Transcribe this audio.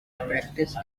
practice